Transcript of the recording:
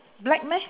black meh